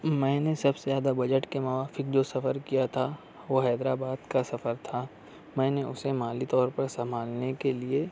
میں نے سب سے زیادہ بجٹ کے موافق جو سفر کیا تھا وہ حیدراباد کا سفر تھا میں نے اُسے مالی طور پر سنبھالنے کے لئے